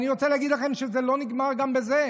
אני רוצה להגיד לכם שזה לא נגמר בזה.